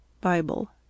Bible